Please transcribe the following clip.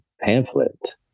pamphlet